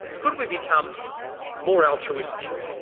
could we become more altruistic,